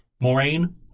Moraine